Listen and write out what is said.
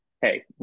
hey